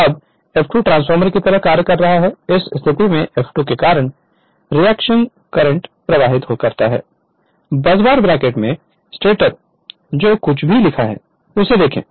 अब F2 transformer की तरह कार्य कर रहा है इस स्थिति में F2 के कारण रिएक्शन करंट प्रवाहित करता है बसबार ब्रैकेट से स्टेटर जो कुछ भी लिखा है उसे देखें